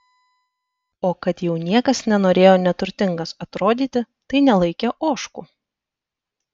o kad jau niekas nenorėjo neturtingas atrodyti tai nelaikė ožkų